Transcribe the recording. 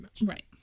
right